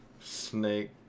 Snake